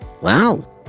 Wow